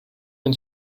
den